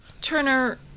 Turner